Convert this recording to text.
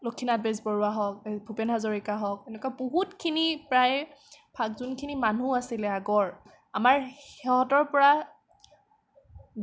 লক্ষ্মীনাথ বেজবৰুৱা হওক ভূপেন হাজৰিকা হওক এনেকুৱা বহুতখিনি প্ৰায় যোনখিনি মানুহ আছিলে আগৰ আমাৰ সিহঁতৰ পৰা